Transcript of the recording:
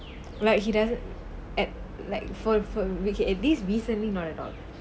like he doesn't at like for for week at least recently not at all